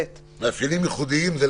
מאפיינים מיוחדים זה,